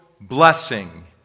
blessing